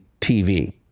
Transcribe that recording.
TV